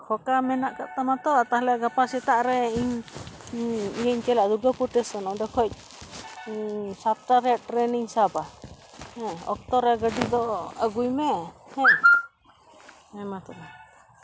ᱯᱷᱟᱸᱠᱟ ᱢᱮᱱᱟᱜ ᱠᱟᱫ ᱛᱟᱢᱟ ᱛᱚ ᱛᱟᱦᱞᱮ ᱜᱟᱯᱟ ᱥᱮᱛᱟᱜ ᱨᱮ ᱤᱧ ᱤᱭᱟᱹᱧ ᱪᱟᱞᱟᱜᱼᱟ ᱫᱩᱨᱜᱟᱹᱯᱩᱨ ᱴᱮᱥᱚᱱ ᱚᱸᱰᱮ ᱠᱷᱚᱱ ᱥᱟᱛᱴᱟ ᱨᱮᱭᱟᱜ ᱴᱨᱮᱹᱱ ᱤᱧ ᱥᱟᱵᱟ ᱦᱮᱸ ᱚᱠᱛᱚ ᱨᱮ ᱜᱟᱹᱰᱤ ᱫᱚ ᱟᱹᱜᱩᱭ ᱢᱮ ᱦᱮᱸ ᱦᱮᱸᱢᱟ ᱛᱚᱵᱮ